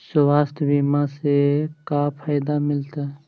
स्वास्थ्य बीमा से का फायदा मिलतै?